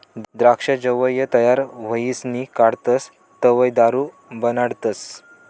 द्राक्ष जवंय तयार व्हयीसन काढतस तवंय दारू बनाडतस